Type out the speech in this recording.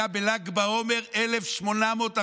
הייתה בל"ג בעומר 1842,